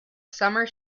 summer